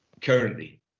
currently